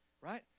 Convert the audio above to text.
right